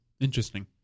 Interesting